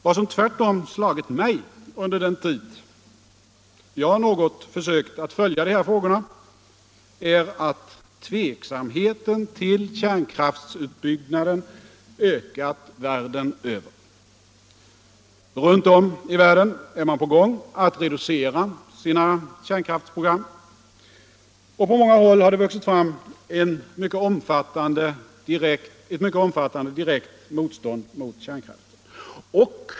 Vad som tvärtom slagit mig under den tid jag försökt följa dessa frågor är att tveksamheten till kärnkraftsutbyggnaden ökat världen över. Runt om i världen håller man på att reducera sina kärnkraftsprogram, och på många håll har det vuxit fram ett mycket omfattande direkt motstånd mot kärnkraften.